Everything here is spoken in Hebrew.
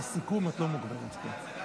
בסיכום את לא מוגבלת, כן.